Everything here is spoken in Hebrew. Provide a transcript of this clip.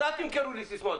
אל תמכרו לי סיסמאות.